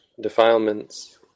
defilements